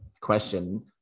question